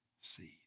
seed